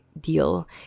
deal